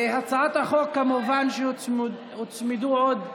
להצעת החוק הקודמת הוצמדו עוד הצעות.